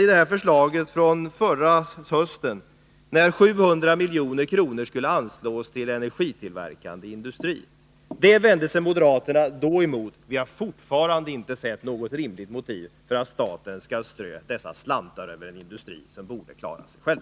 Man gör det i förslaget från förra hösten om att 700 milj.kr. skulle anslås till energitillverkande industri. Det vände sig moderaterna emot. Vi har fortfarande inte sett något rimligt motiv för att staten skall strö dessa slantar över en industri som borde klara sig själv.